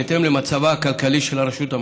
בהתאם למצב הכלכלי של הרשות.